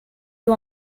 you